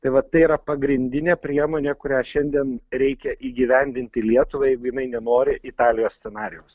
tai va tai yra pagrindinė priemonė kurią šiandien reikia įgyvendinti lietuvai jeigu jinai nenori italijos scenarijaus